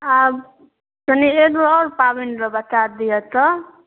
आब तनी एदो आओर पाबनि बता दिअ तऽ